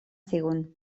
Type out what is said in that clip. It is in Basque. zigun